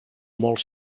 molt